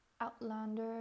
Outlander